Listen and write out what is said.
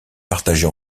partagée